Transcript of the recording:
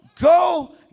Go